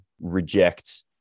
reject